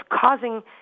causing